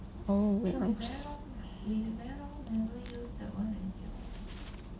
oh wait !oops!